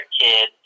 kids